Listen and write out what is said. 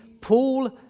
Paul